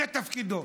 זה תפקידו.